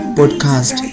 podcast